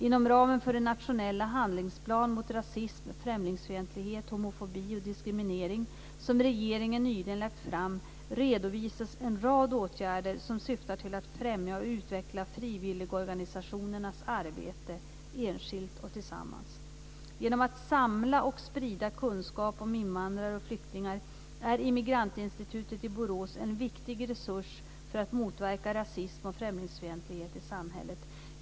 Inom ramen för den nationella handlingsplan mot rasism, främlingsfientlighet, homofobi och diskriminering som regeringen nyligen lagt fram redovisas en rad åtgärder som syftar till att främja och utveckla frivilligorganisationernas arbete, enskilt och tillsammans. Genom att samla och sprida kunskap om invandrare och flyktingar är Immigrantinstitutet i Borås en viktig resurs för att motverka rasism och främlingsfientlighet i samhället.